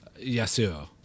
Yasuo